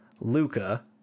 luca